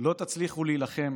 לא תצליחו להילחם